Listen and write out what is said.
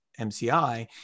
MCI